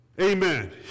Amen